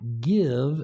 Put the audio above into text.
give